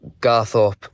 Garthorpe